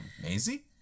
Maisie